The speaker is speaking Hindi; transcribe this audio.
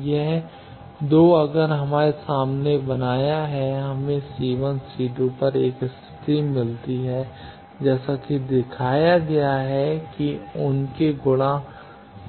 तो यह 2 अगर हमने समान बनाया है हमें C1 C2 पर 1 स्थिति मिलती है जैसा कि दिखाया गया है कि उनके गुणा